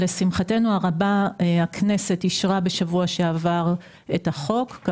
לשמחתנו הרבה הכנסת אישרה בשבוע שעבר את החוק.